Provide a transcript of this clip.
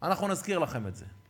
אנחנו נזכיר לכם את זה.